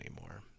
anymore